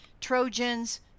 trojans